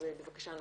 בבקשה נעמה.